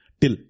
till